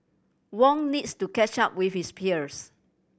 Wong needs to catch up with his peers